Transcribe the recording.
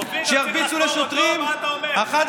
אופיר,